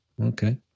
Okay